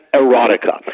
erotica